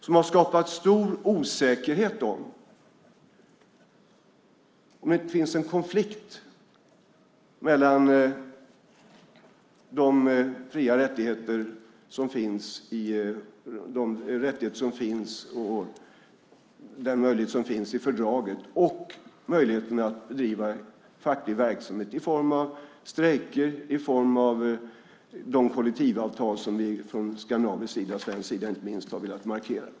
De har skapat stor osäkerhet om ifall det inte finns en konflikt mellan de fria rättigheter och den möjlighet som finns i fördraget och möjligheterna att bedriva en facklig verksamhet i form av strejker och i form av de kollektivavtal som vi från skandinavisk och inte minst svensk sida har velat markera.